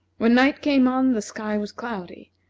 when night came on the sky was cloudy,